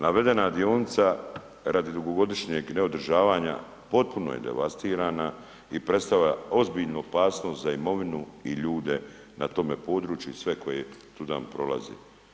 Navedena dionica radi dugogodišnjeg neodržavanja potpuno je devastirana i predstavlja ozbiljnu opasnost za imovinu i ljude na tome području i sve koji tuda prolaze.